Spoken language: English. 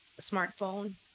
smartphone